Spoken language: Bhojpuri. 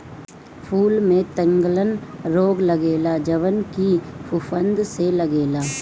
फूल में तनगलन रोग लगेला जवन की फफूंद से लागेला